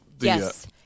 Yes